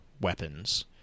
weapons